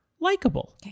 likable